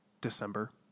December